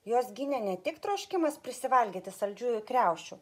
juos gynė ne tik troškimas prisivalgyti saldžiųjų kriaušių